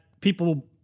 people